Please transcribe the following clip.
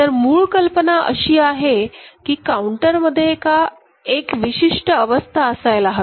तर मूळ कल्पना अशी आहे की काउंटर मध्ये एक विशिष्ट अवस्था असायला हवी